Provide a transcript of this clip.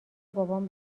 بابام